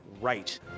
right